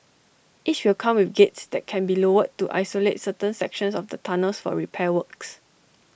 each will come with gates that can be lowered to isolate certain sections of the tunnels for repair works